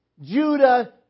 Judah